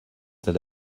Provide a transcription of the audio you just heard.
that